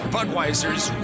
Budweiser's